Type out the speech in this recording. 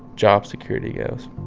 job security goes.